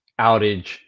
outage